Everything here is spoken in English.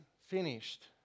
finished